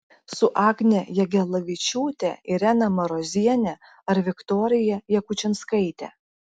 su agne jagelavičiūte irena maroziene ar viktorija jakučinskaite